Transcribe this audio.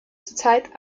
zurzeit